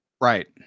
Right